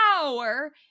power